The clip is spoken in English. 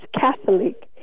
Catholic